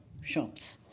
shops